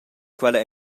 quella